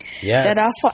Yes